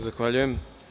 Zahvaljujem.